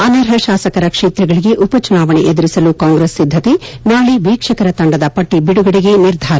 ಅನರ್ಹ ಶಾಸಕರ ಕ್ಷೇತ್ರಗಳಿಗೆ ಉಪಚುನಾವಣೆ ಎದುರಿಸಲು ಕಾಂಗ್ರೆಸ್ ಸಿದ್ದತೆ ನಾಳೆ ವೀಕ್ಷಕರ ತಂಡದ ಪಟ್ಟ ಬಿಡುಗಡೆಗೆ ನಿರ್ಧಾರ